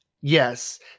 Yes